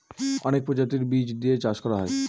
অনেক প্রজাতির বীজ দিয়ে চাষ করা হয়